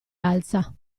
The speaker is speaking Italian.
alza